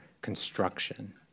construction